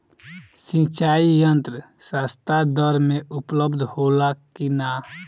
सिंचाई यंत्र सस्ता दर में उपलब्ध होला कि न?